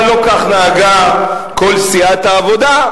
אבל לא כך נהגה כל סיעת העבודה,